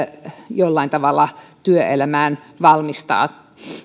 jollain tavalla työelämään valmistaa